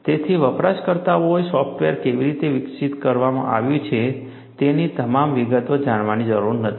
તેથી વપરાશકર્તાએ સોફ્ટવેર કેવી રીતે વિકસિત કરવામાં આવ્યું છે તેની તમામ વિગતો જાણવાની જરૂર નથી